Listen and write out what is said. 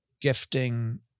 gifting